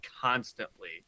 constantly